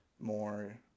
more